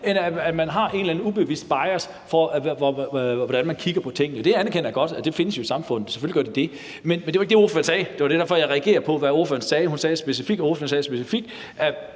en eller anden ubevidst bias, i forhold til hvordan man kigger på tingene. Det anerkender jeg findes i samfundet, selvfølgelig gør det det. Men det var ikke det, ordføreren sagde. Det er derfor, jeg reagerer på, hvad ordføreren sagde. Ordføreren sagde specifikt,